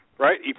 Right